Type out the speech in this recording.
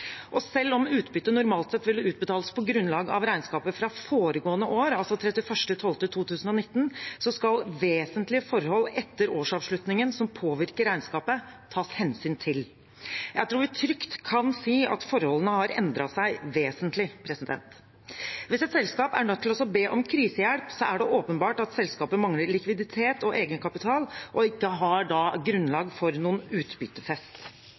og likviditet, anledning til å vedta utbytte. Selv om utbytte normalt sett ville blitt utbetalt på grunnlag av regnskapet fra foregående år, altså 31. desember 2019, skal vesentlige forhold etter årsavslutningen som påvirker regnskapet, tas hensyn til. Jeg tror vi trygt kan si at forholdene har endret seg vesentlig. Hvis et selskap er nødt til å be om krisehjelp, er det åpenbart at selskapet mangler likviditet og egenkapital og da ikke har grunnlag for noen utbyttefest.